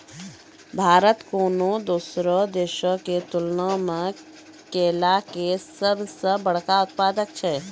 भारत कोनो दोसरो देशो के तुलना मे केला के सभ से बड़का उत्पादक छै